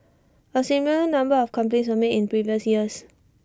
A similar number of complaints were made in previous years